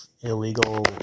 illegal